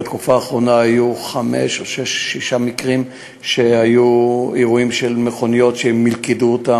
בתקופה האחרונה היו חמישה או שישה מקרים של אירועים של מלכוד מכוניות,